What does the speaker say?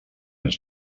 ens